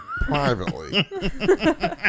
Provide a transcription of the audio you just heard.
privately